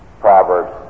Proverbs